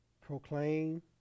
proclaim